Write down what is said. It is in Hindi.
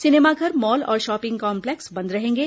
सिनेमाघर मॉल और शॉपिंग कॉम्प्लेक्स बंद रहेंगे